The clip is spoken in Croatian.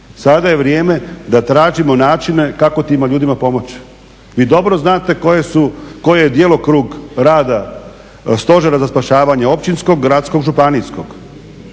sada je vrijeme da tražimo načine kako tima ljudima pomoći. Vi dobro znate koje su, koji je djelokrug rada Stožera za spašavanje općinskog, gradskog, županijskog.